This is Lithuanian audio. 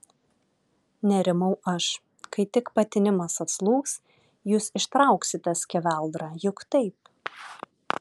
nerimau aš kai tik patinimas atslūgs jūs ištrauksite skeveldrą juk taip